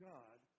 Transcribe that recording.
God